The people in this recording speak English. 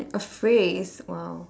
a phrase !wow!